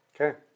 Okay